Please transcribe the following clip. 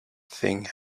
thing